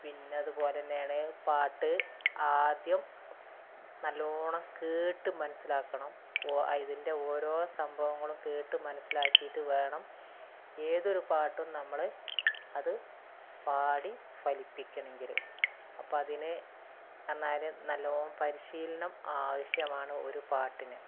പിന്നതുപോലെതന്നെയാണ് പാട്ട് ആദ്യം നല്ലവണ്ണം കേട്ട് മനസ്സിലാക്കണം അപ്പം ഇതിൻ്റെ ഓരോ സംഭവങ്ങളും കേട്ട് മനസ്സിലാക്കിയിട്ട് വേണം ഏതൊരു പാട്ടും നമ്മള് അത് പാടി ഫലിപ്പിക്കണമെങ്കില് അപ്പം അതിന് എന്നാല് നല്ലവണ്ണം പരിശീലനം ആവശ്യമാണ് ഒരു പാട്ടിന്